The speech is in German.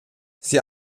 sie